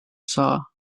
saw